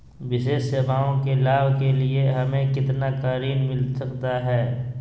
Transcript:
विशेष सेवाओं के लाभ के लिए हमें कितना का ऋण मिलता सकता है?